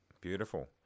Beautiful